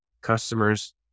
customers